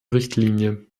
richtlinie